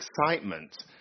excitement